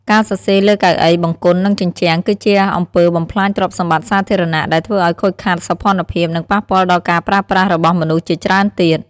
ការសរសេរលើកៅអី បង្គន់ និងជញ្ជាំង គឺជាអំពើបំផ្លាញទ្រព្យសម្បត្តិសាធារណៈ ដែលធ្វើឲ្យខូចខាតសោភ័ណភាព និងប៉ះពាល់ដល់ការប្រើប្រាស់របស់មនុស្សជាច្រើនទៀត។